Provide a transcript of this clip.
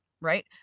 right